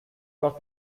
trust